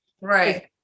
right